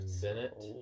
Bennett